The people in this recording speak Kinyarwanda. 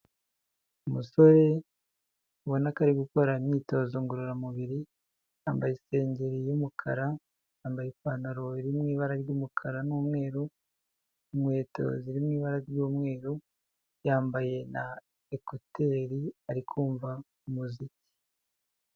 Umusore ubona ko ari gukora imyitozo ngororamubiri, yambaye isengeri y'umukara, yambaye ipantaro iri mu ibara ry'umukara n'umweru, inkweto ziri mu ibara ry'umweru, yambaye na ekuteri ari kumva umuziki.